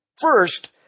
First